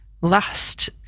last